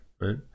right